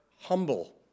humble